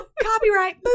Copyright